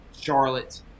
Charlotte